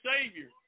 Savior